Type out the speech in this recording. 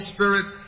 Spirit